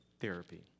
therapy